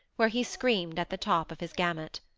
where he screamed at the top of his gamut.